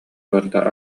барыта